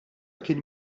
kien